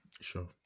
Sure